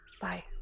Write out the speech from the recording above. bye